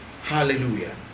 Hallelujah